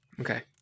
Okay